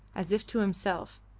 as if to himself,